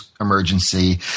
emergency